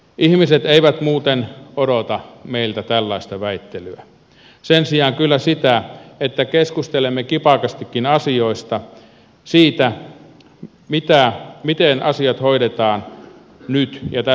ihmiset eivät muuten odota meiltä tällaista väittelyä sen sijaan kyllä sitä että keskustelemme kipakastikin asioista siitä miten asiat hoidetaan nyt ja tästä eteenpäin